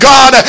God